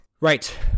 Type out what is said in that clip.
Right